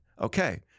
Okay